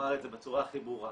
אמר את זה בצורה הכי ברורה,